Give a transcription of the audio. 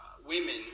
women